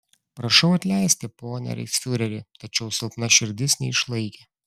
prašau atleisti pone reichsfiureri tačiau silpna širdis neišlaikė